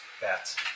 Bats